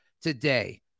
today